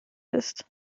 ist